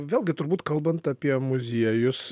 vėlgi turbūt kalbant apie muziejus